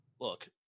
Look